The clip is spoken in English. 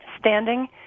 standing